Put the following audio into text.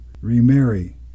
remarry